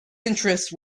interest